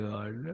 God